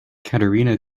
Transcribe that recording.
katerina